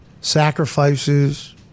sacrifices